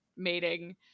mating